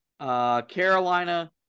Carolina